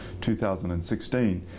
2016